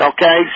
Okay